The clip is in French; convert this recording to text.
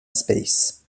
space